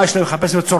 מה יש להם לחפש בצרפת?